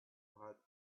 hot